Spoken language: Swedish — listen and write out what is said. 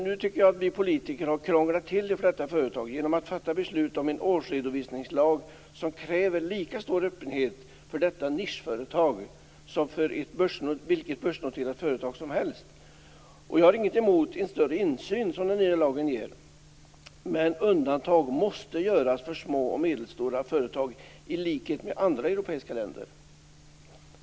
Nu tycker jag att vi politiker har krånglat till det för företaget genom att fatta beslut om en årsredovisningslag som kräver lika stor öppenhet för detta nischföretag som för vilket börsnoterat företag som helst. Jag har inget emot den större insyn som den nya lagen ger, men undantag måste göras för små och medelstora företag i likhet med vad som görs i andra europeiska länder.